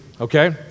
okay